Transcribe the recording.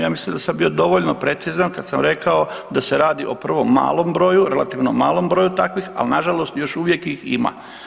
Ja mislim da sam bio dovoljno precizan i rekao da se radi o prvo malo broju, relativno malom broju takvih, ali nažalost još uvijek ih ima.